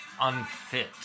unfit